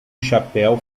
chapéu